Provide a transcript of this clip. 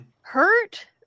hurt